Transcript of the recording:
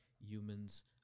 humans